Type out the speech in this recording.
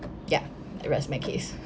ya I rest my case